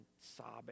sobbing